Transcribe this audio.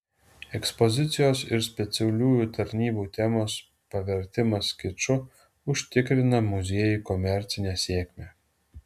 ekspozicijos ir specialiųjų tarnybų temos pavertimas kiču užtikrina muziejui komercinę sėkmę